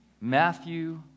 Matthew